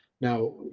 Now